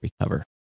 recover